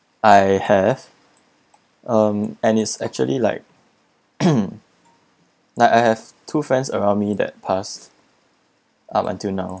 I have um and it's actually like like I have two friends around me that passed up until now